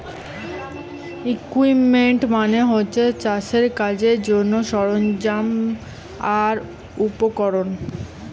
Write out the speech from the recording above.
equipment মানে হচ্ছে চাষের কাজের জন্যে সরঞ্জাম আর উপকরণ